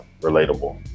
relatable